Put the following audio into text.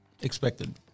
expected